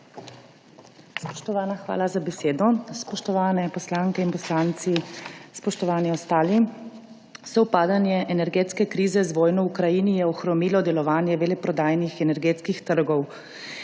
hvala za besedo.